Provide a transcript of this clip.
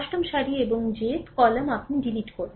অষ্টম সারি এবং jth কলাম আপনি ডিলিট করে